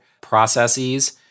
processes